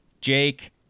jake